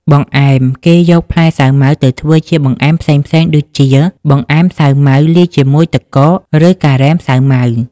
បង្អែម គេយកផ្លែសាវម៉ាវទៅធ្វើជាបង្អែមផ្សេងៗដូចជា បង្អែមសាវម៉ាវលាយជាមួយទឹកកក ឬ ការ៉េមសាវម៉ាវ។